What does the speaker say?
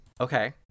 Okay